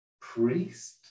priest